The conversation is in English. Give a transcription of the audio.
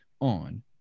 on